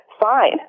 fine